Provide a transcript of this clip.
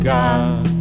God